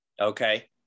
okay